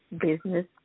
business